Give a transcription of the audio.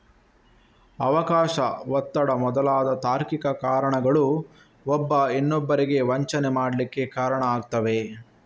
ಅವಕಾಶ, ಒತ್ತಡ ಮೊದಲಾದ ತಾರ್ಕಿಕ ಕಾರಣಗಳು ಒಬ್ಬ ಇನ್ನೊಬ್ಬರಿಗೆ ವಂಚನೆ ಮಾಡ್ಲಿಕ್ಕೆ ಕಾರಣ ಆಗ್ತವೆ